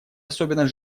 особенно